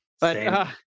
but-